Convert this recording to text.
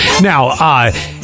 Now